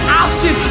option